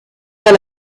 vers